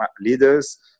leaders